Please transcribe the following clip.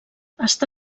està